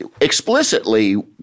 explicitly